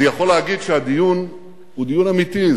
אני יכול להגיד שהדיון הוא דיון אמיתי,